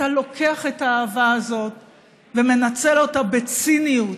אתה לוקח את האהבה הזו ומנצל אותה בציניות